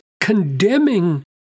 condemning